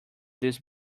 this